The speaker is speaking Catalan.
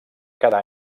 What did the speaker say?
cada